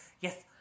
yes